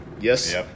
yes